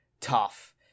tough